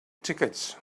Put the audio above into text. tickets